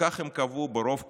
וכך הם קבעו ברוב קולות,